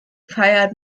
feiert